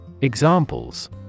Examples